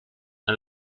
and